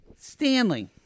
Stanley